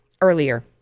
earlier